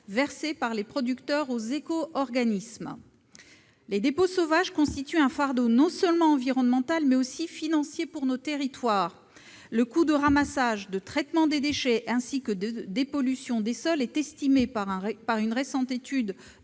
à revenir sur cette modification. Les dépôts sauvages constituent un fardeau, non seulement environnemental, mais aussi financier pour nos territoires. Le coût de ramassage, de traitement des déchets, ainsi que de dépollution des sols est estimé, par une récente étude